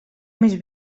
més